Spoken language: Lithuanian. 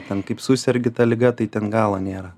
ten kaip susergi ta liga tai ten galo nėra